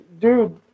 dude